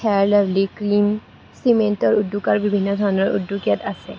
fair and Lovely cream চিমেণ্টৰ উদ্য়োগ আৰু বিভিন্ন ধৰণৰ উদ্য়োগ ইয়াত আছে